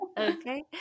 Okay